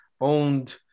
owned